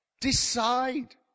decide